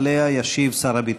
ועליה ישיב שר הביטחון.